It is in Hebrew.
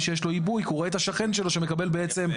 שיש לו עיבוי כי הוא רואה את השכן שלו שמקבל --- אז